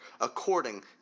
according